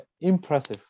impressive